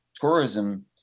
tourism